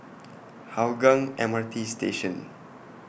Hougang M R T Station